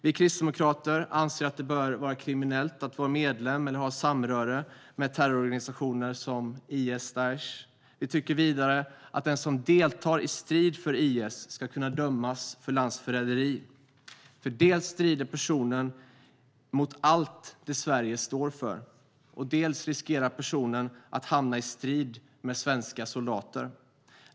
Vi kristdemokrater anser att det bör vara kriminellt att vara medlem av eller ha samröre med terrororganisationer som IS/Daish. Vi tycker vidare att den som deltar i strid för IS ska kunna dömas för landsförräderi. Dels strider personen i fråga mot allt det Sverige står för, dels riskerar personen att hamna i strid med svenska soldater.